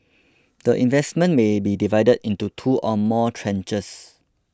the investment may be divided into two or more tranches